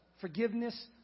forgiveness